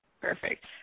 Perfect